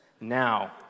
Now